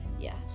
yes